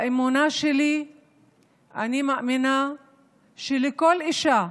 באמונה שלי אני מאמינה שלכל אישה,